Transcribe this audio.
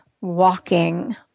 walking